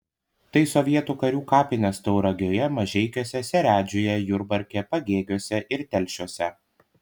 tai sovietų karių kapinės tauragėje mažeikiuose seredžiuje jurbarke pagėgiuose ir telšiuose